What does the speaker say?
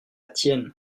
tienne